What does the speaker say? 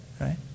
right